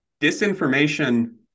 Disinformation